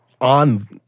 on